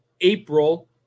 April